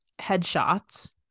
headshots